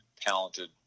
talented